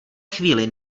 chvíli